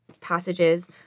passages